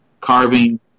carving